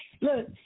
Look